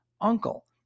uncle